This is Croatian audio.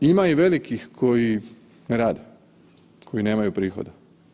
Ima i velikih koji rade, koji nemaju prihode.